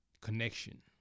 connection